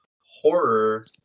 horror